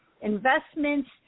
investments